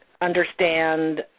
understand